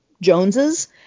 joneses